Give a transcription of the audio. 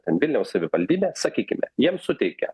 ten vilniaus savivaldybė sakykime jiems suteikia